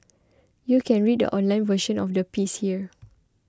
you can read the online version of the piece here